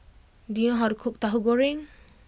do you know how to cook Tahu Goreng